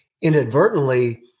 inadvertently